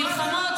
מלחמות,